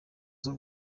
z’u